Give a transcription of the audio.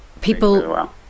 People